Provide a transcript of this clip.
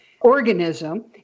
organism